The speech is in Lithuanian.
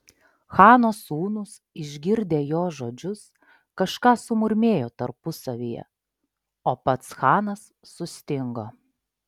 chano sūnūs išgirdę jo žodžius kažką sumurmėjo tarpusavyje o pats chanas sustingo